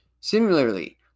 Similarly